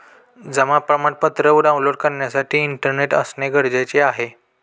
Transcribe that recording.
जमा प्रमाणपत्र डाऊनलोड करण्यासाठी इंटरनेट असणे गरजेचे आहे